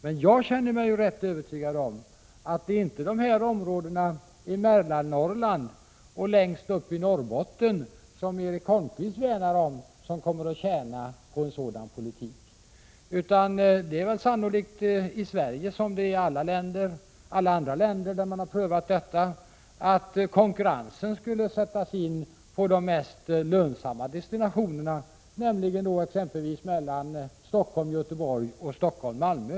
Men jag känner mig rätt övertygad om att det inte är områdena i Mellannorrland och längst upp i Norrbotten, som Erik Holmkvist värnar om, som kommer att tjäna på en sådan politik. I Sverige liksom i alla andra länder där man prövat detta skulle konkurrensen sannolikt sättas in på de mest lönsamma destinationerna, t.ex. mellan Stockholm och Göteborg samt mellan Stockholm och Malmö.